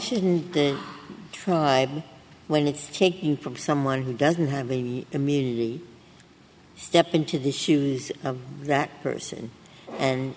shouldn't the tribe when it's taken from someone who doesn't have a immediately step into the shoes of that person and